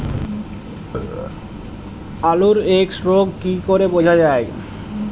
আলুর এক্সরোগ কি করে বোঝা যায়?